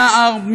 נער,